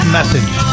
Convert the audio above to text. Message